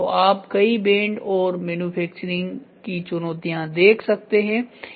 तोआप कई बैंड और मैन्युफैक्चरिंग की चुनौतियां देख सकते हैं